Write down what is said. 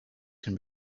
can